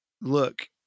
Look